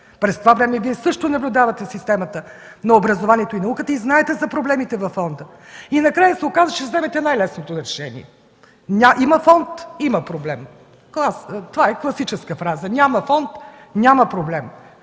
През това време Вие също наблюдавате системата на образованието и науката и знаете за проблемите във фонда. Накрая се оказва, че ще вземете най-лесното решение. Има фонд, има проблем – това е класическа фраза – няма фонд, няма проблем.